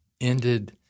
ended